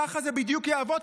ככה זה בדיוק יעבוד,